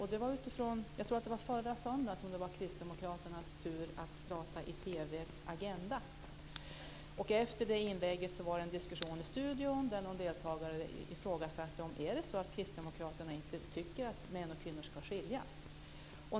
Jag tror att det var förra söndagen som det var Kristdemokraternas tur att prata i TV:s Agenda. Efter det inlägget var det en diskussion i studion där någon deltagare frågade om det var så att Kristdemokraterna inte tycker att män och kvinnor ska skiljas.